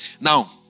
Now